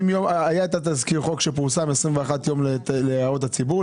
היה את תזכיר החוק שפורסם 21 יום להערות הציבור.